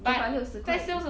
九百六十块